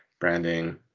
branding